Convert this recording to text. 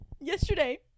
Yesterday